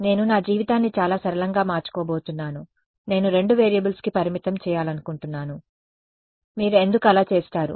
నేను నా జీవితాన్ని చాలా సరళంగా మార్చుకోబోతున్నాను నేను రెండు వేరియబుల్స్కు పరిమితం చేయాలనుకుంటున్నాను మీరు ఎందుకు అలా చేస్తారు